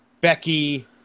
becky